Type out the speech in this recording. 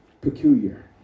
peculiar